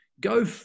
go